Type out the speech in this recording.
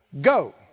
Go